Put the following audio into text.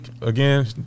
Again